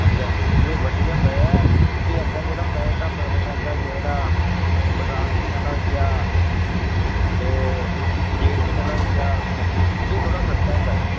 हां जी हां जी एह् बधिया होंदा ऐ अग्गें जेह्ड़ा होंदा ऐ एहका मतलब अग्गें होई गेआ जेह्ड़ा बसाख म्हीने आह्ला होई गेआ एह् जेठ म्हीने आह्ला होई गेआ एह् थोह्ड़ा सस्ता होंदा ऐ